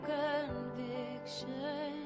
conviction